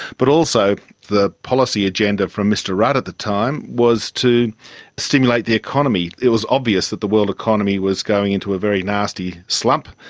but also the policy agenda from mr rudd at the time was to stimulate the economy. it was obvious that the world economy was going into a very nasty slump,